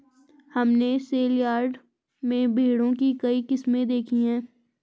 हमने सेलयार्ड में भेड़ों की कई किस्में देखीं